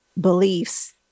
beliefs